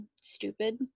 Stupid